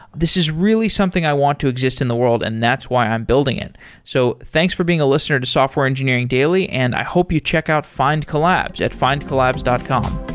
this is really something i want to exist in the world and that's why i'm building it so thanks for being a listener to software engineering daily. and i hope you check out findcollabs at findcollabs dot com